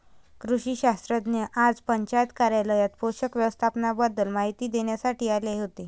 कृषी शास्त्रज्ञ आज पंचायत कार्यालयात पोषक व्यवस्थापनाबाबत माहिती देण्यासाठी आले होते